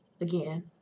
again